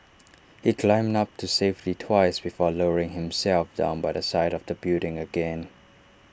he climbed up to safety twice before lowering himself down by the side of the building again